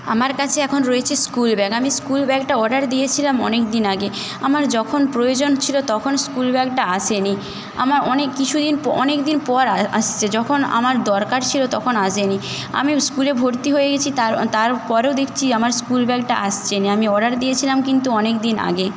আমার কাছে এখন রয়েছে স্কুল ব্যাগ আমি স্কুল ব্যাগটা অর্ডার দিয়েছিলাম অনেক দিন আগে আমার যখন প্রয়োজন ছিল তখন স্কুল ব্যাগটা আসেনি অনেক কিছু দিন অনেক দিন পর আসছে যখন আমার দরকার ছিল তখন আসেনি তখন আমি স্কুলে ভর্তি হয়ে গেছি তার তারপরেও দেখছি স্কুল ব্যাগটা আসছেই না আমি অর্ডার দিয়েছিলাম কিন্তু অনেক দিন আগে